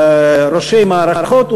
ראשי מערכות,